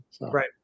Right